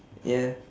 ya